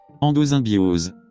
endosymbiose